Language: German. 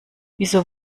wieso